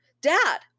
Dad